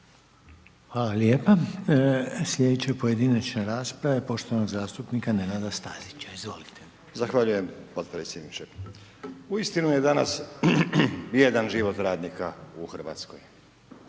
Hvala lijepa. Sljedeća pojedinačna rasprava je poštovanog zastupnika Nenada Stazića. Izvolite. **Stazić, Nenad (SDP)** Zahvaljujem podpredsjedniče. Uistinu je danas bijedan život radnika u Hrvatskoj.